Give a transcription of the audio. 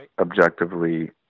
objectively